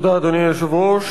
תודה, אדוני היושב-ראש.